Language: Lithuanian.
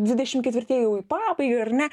dvidešimt ketvirtieji jau į pabaigą ar ne